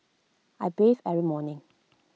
I bathe every morning